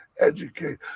educate